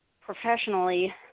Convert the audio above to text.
professionally